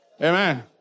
Amen